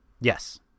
Yes